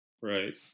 Right